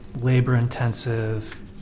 labor-intensive